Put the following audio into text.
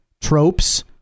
tropes